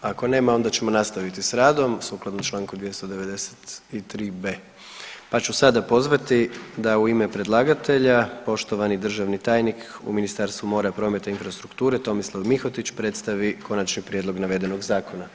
Ako nema onda ćemo nastaviti s radom sukladno čl. 293.b., pa ću sada pozvati da u ime predlagatelja poštovani državni tajnik u Ministarstvu mora, prometa i infrastrukture Tomislav MIhotić predstavi konačni prijedlog navedenog zakona.